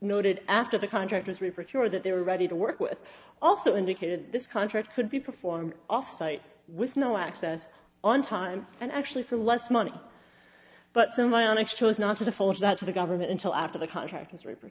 noted after the contractors report your that they were ready to work with also indicated this contract could be performed off site with no access on time and actually for less money but so my onyx chose not to the full of that to the government until after the contract is re